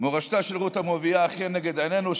מורשתה של רות המואבייה אכן לנגד עינינו,